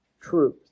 truth